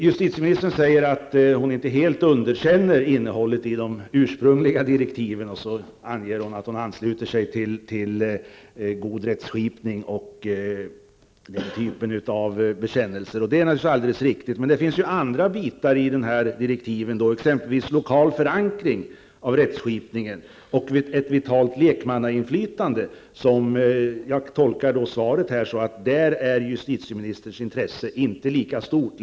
Justitieministern säger att hon inte helt underkänner innehållet i de ursprungliga direktiven och anger att hon ansluter sig till uppfattningen om god rättsskipning och liknande bekännelser. Det är naturligtvis alldeles riktigt. Men det finns andra delar i dessa direktiv, exempelvis lokal förankring av rättsskipningen och ett vitalt lekmannainflytande, där justitieministerns intresse, som jag tolkar svaret, inte är lika stort.